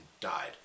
died